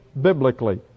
biblically